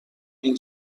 این